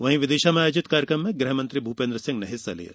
वहीं विदिशा में आयोजित कार्यक्रम में गृहमंत्री भूपेन्द्र सिंह ने हिस्सा लिया